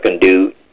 dude